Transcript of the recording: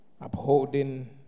upholding